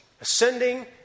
ascending